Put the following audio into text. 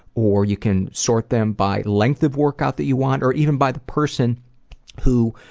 or you can sort them by length of workout that you want, or even by the person who,